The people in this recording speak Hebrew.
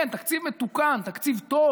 כן, תקציב מתוקן, תקציב טוב,